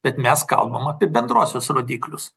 bet mes kalbam apie bendruosius rodiklius